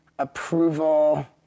approval